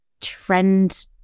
trend